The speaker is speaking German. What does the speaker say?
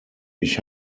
ich